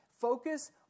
Focus